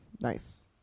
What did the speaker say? Nice